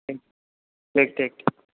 ठीक ठीक ठीक